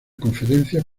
conferencias